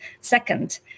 Second